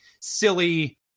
Silly